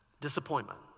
disappointment